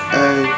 Hey